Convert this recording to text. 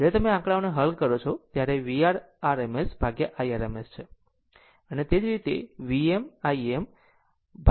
જ્યારે તમે આંકડાઓને હલ કરો છો ત્યારે vRms ભાગ્યા I rms છે